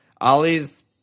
Ollie's